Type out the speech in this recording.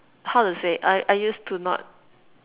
how to say I I used to not